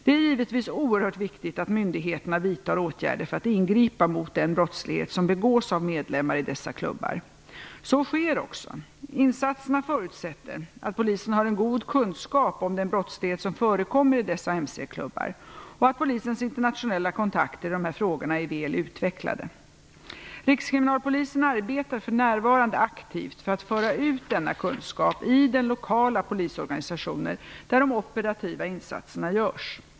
Det är givetvis oerhört viktigt att myndigheterna vidtar åtgärder för att ingripa mot den brottslighet som begås av medlemmar i dessa klubbar. Så sker också. Insatserna förutsätter att polisen har en god kunskap om den brottslighet som förekommer i dessa mc-klubbar, och att polisens internationella kontakter i dessa frågor är väl utvecklade. Rikskriminalpolisen arbetar för närvarande aktivt för att föra ut denna kunskap i den lokala polisorganisationen, där de operativa insatserna görs.